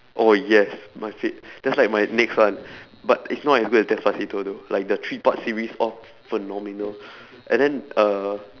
oh yes my fav~ that's like my next one but it's not as good as despacito though like the three part series all phenomenal and then uh